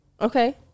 Okay